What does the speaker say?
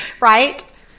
right